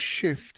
shift